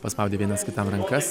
paspaudė vienas kitam rankas